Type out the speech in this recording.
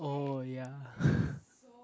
oh ya